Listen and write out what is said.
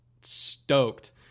stoked